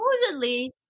supposedly